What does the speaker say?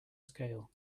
scale